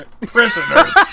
Prisoners